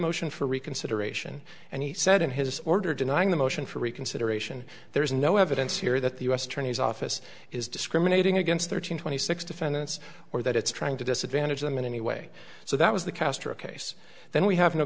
motion for reconsideration and he said in his order denying the motion for reconsideration there is no evidence here that the u s attorney's office is discriminating against thirteen twenty six defendants or that it's trying to this advantage them in any way so that was the castro case then we have no